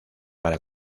para